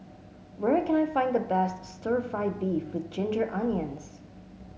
where can I find the best stir fry beef with Ginger Onions